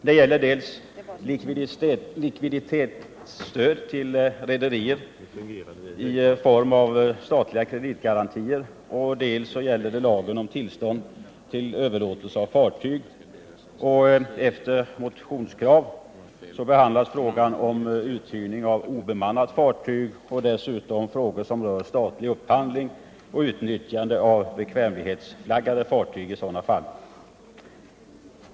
Herr talman! I trafikutskottets betänkande nr 25 behandlas regeringens förslag om förlängning ytterligare ett år av temporära åtgärder som riksdagen —-i avvaktan på resultatet av den sjöfartspolitiska utredningen — beslutade om för ett år sedan. Det gäller dels likviditetsstöd till rederier i form av statliga kreditgarantier, dels lagen om tillstånd till överlåtelse av fartyg. Med anledning av motionskrav behandlas också frågan om uthyrning av obemannat fartyg och dessutom frågor som rör statlig upphandling och utnyttjande av bekvämlighetsflaggade fartyg i sådana fall.